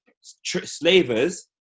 slavers